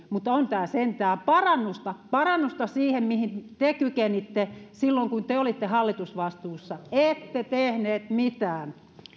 mutta on tämä sentään parannusta parannusta siihen mihin te kykenitte silloin kun te olitte hallitusvastuussa ette tehneet mitään